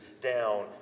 down